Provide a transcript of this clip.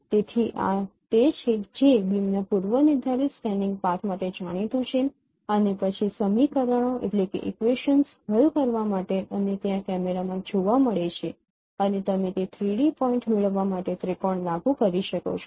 તેથી આ તે છે જે બીમના પૂર્વનિર્ધારિત સ્કેનીંગ પાથ માટે જાણીતું છે અને પછી સમીકરણો હલ કરવા માટે અને તે આ કેમેરામાં જોવા મળે છે અને તમે તે 3 ડી પોઇન્ટ મેળવવા માટે ત્રિકોણ લાગુ કરી શકો છો